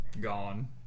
Gone